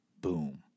boom